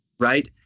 right